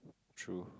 true